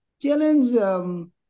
challenges